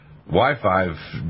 Wi-Fi